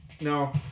No